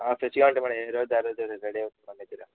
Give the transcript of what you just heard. ఫ్రెష్గా అంటే మన ఏ రోజుది ఆరోజు రెడీ అవుతుంది మన దగ్గర